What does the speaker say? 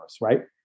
right